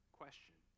question